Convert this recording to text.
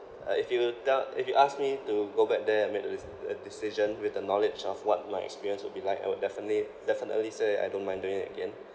uh if you tell if you ask me to go back there and make a deci~ a decision with the knowledge of what my experience would be like I would definitely definitely say I don't mind doing it again